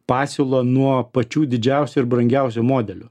pasiūlą nuo pačių didžiausių ir brangiausių modelių